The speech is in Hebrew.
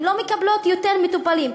הן לא מקבלות יותר מטופלים.